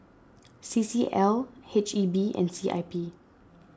C C L H E B and C I P